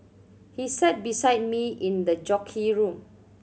he sat beside me in the jockey room